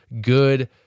good